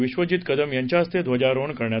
विश्वजीत कदम यांच्या हस्ते ध्वजारोहण करण्यात आलं